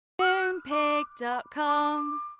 Moonpig.com